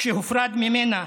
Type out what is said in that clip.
כשהופרד ממנה: